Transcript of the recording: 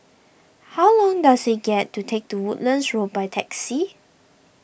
how long does it get to take to Woodlands Road by taxi